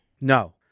No